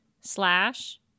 slash